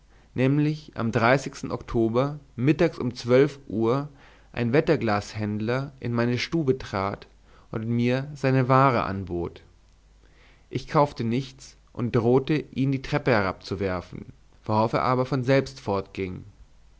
nämlich am oktober mittags um uhr ein wetterglashändler in meine stube trat und mir seine ware anbot ich kaufte nichts und drohte ihn die treppe herabzuwerfen worauf er aber von selbst fortging